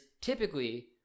typically